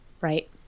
Right